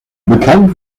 bekannt